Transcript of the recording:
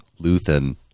Luthen